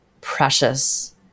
precious